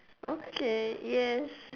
okay yes